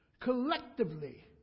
Collectively